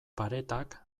paretak